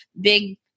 big